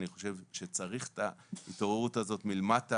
אני חושב שצריך את התעוררות הזו מלמטה,